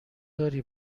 داری